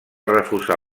refusar